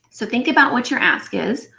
so think about what your ask is,